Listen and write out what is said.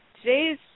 today's